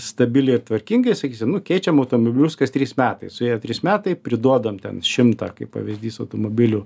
stabiliai ir tvarkingai sakysim nu keičiam automobilius kas trys metai suėjo trys metai priduodam ten šimtą kaip pavyzdys automobilių